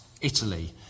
Italy